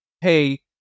hey